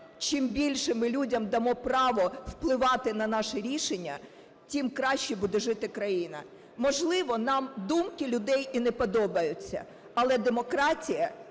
чим більше ми людям дамо право впливати на наші рішення, тим краще буде жити країна. Можливо, нам думки людей і не подобаються. Але демократія,